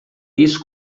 isso